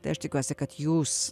tai aš tikiuosi kad jūs